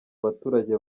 abaturage